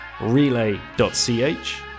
relay.ch